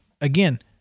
again